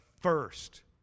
first